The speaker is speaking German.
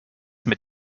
mit